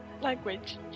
Language